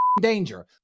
danger